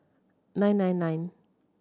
nine nine nine